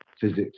physics